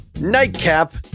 nightcap